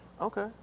Okay